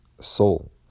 soul